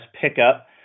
pickup